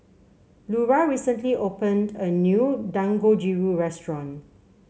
Lura recently opened a new Dangojiru Restaurant